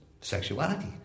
sexuality